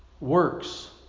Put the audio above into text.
works